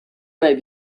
may